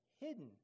hidden